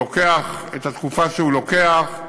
לוקח את התקופה שהוא לוקח,